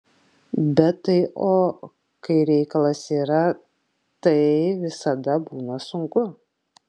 bet tai o kai reikalas yra tai visada būna sunku